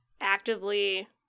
actively